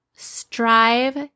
Strive